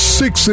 six